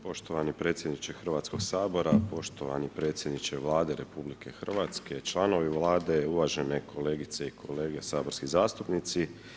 Poštovani predsjedniče Hrvatskoga sabora, poštovani predsjedniče Vlade RH, članovi Vlade, uvažene kolegice i kolege saborski zastupnici.